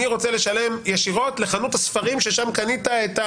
אני רוצה לשלם ישירות לחנות הספרים ששם קנית.